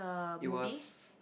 it was